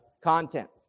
content